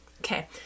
Okay